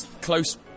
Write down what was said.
close